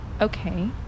Okay